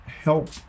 help